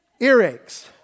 earaches